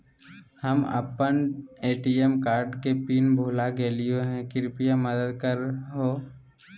हम अप्पन ATM card के पिन भुला गेलिओ हे कृपया मदद कर हो